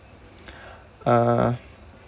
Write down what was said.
uh